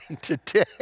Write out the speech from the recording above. today